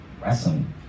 Wrestling